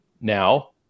now